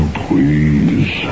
please